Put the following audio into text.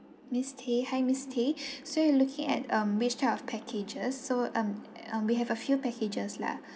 miss tay hi miss tay so you looking at um which type of packages so um um we have a few packages lah